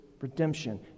redemption